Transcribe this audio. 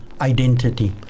identity